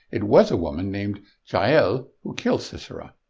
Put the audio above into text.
it was a woman named yeah jael who killed sisera.